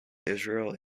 israeli